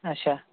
اچھا